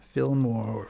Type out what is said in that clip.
Fillmore